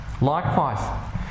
Likewise